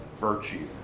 virtue